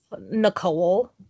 Nicole